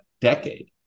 decade